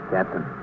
Captain